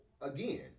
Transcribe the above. Again